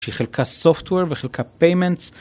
שהיא חלקה סופטוור וחלקה פיימנטס.